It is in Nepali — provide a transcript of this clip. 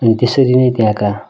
अनि त्यसरी नै त्यहाँका